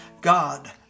God